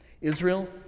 Israel